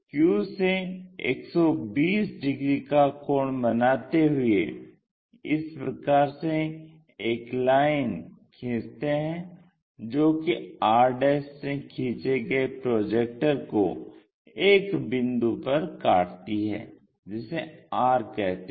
Q से 120 degree का कोण बनाते हुए इस प्रकार से एक लाइन खींचते हैं जो की r से खींचे गए प्रोजेक्टर को एक बिंदु पर काटती है जिसे r कहते हैं